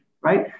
right